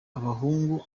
abahungu